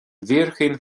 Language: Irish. bhfíorchaoin